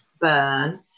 burn